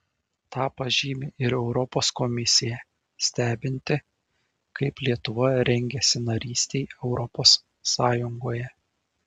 tą pažymi ir europos komisija stebinti kaip lietuva rengiasi narystei europos sąjungoje